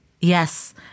Yes